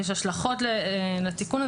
יש השלכות לתיקון,